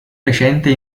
recente